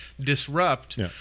disrupt